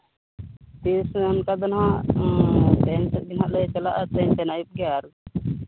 ᱛᱤᱥ ᱚᱱᱠᱟ ᱫᱚ ᱦᱟᱸᱜ ᱛᱮᱦᱮᱧ ᱥᱮᱱ ᱜᱮᱞᱮ ᱪᱟᱞᱟᱜᱼᱟ ᱛᱮᱦᱮᱧ ᱥᱮᱱ ᱟᱹᱭᱩᱵ ᱜᱮ ᱟᱨ